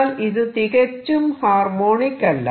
എന്നാൽ ഇത് തികച്ചും ഹാർമോണിക് അല്ല